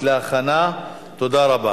תודה רבה.